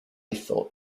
thought